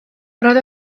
roedd